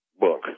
book